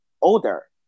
older